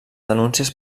denúncies